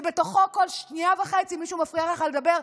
שבתוכו כל שנייה וחצי מישהו מפריע לך לדבר,